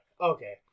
Okay